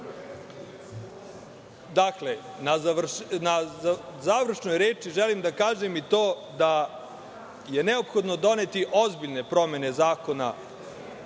na završnoj reči želim da kažem i to da je neophodno doneti ozbiljne promene zakona